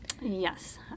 Yes